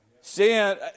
sin